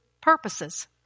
purposes